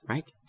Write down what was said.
Right